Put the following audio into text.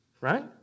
Right